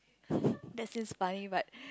that seems funny but